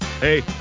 Hey